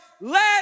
Let